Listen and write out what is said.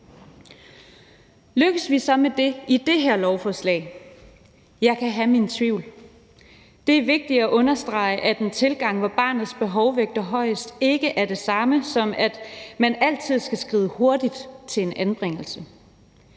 Lykkes vi så med det i det her lovforslag? Jeg kan have mine tvivl. Det er vigtigt at understrege, at en tilgang, hvor barnets behov vægter højest, ikke er det samme, som at man altid skal skride hurtigt til en anbringelse.